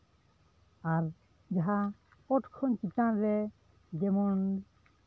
ᱟᱨ ᱡᱟᱦᱟᱸ ᱚᱛ ᱠᱷᱚᱱ ᱪᱮᱛᱟᱱᱨᱮ ᱡᱮᱢᱚᱱ